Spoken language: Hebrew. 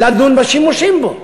לדון בשימושים בו.